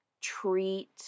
treat